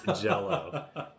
Jell-O